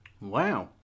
Wow